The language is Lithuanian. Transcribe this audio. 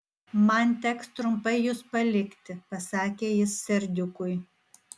man teks trumpai jus palikti pasakė jis serdiukui